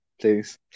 please